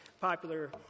popular